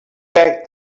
back